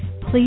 Please